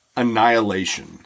Annihilation